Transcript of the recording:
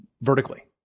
vertically